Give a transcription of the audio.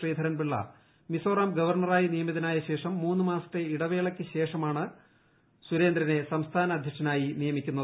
ശ്രീധരൻപിള്ള മിസോറാം ഗവർണ്ണറായി നിയമിതനായ ശ്രേഷം ് മൂന്ന് മാസത്തെ ഇടവേളയ്ക്ക് ശേഷമാണ് സുരേന്ദ്രനെ സംസ്ഥാന്ന അധ്യക്ഷനായി നിയമിക്കുന്നത്